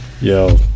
Yo